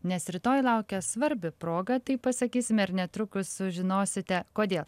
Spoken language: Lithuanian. nes rytoj laukia svarbi proga taip pasakysime ir netrukus sužinosite kodėl